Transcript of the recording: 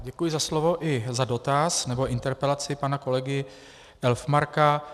Děkuji za slovo i za dotaz nebo interpelaci pana kolegy Elfmarka.